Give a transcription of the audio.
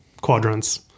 quadrants